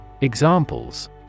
Examples